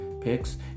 picks